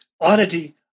oddity